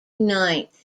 ninth